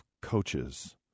coaches